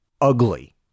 ugly